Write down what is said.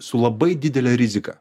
su labai didele rizika